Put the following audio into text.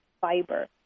fiber